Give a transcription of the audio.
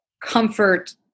comfort